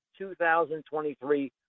2023